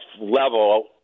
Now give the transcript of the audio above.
level